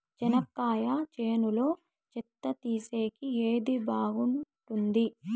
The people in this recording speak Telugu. చెనక్కాయ చేనులో చెత్త తీసేకి ఏది బాగుంటుంది?